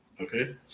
Okay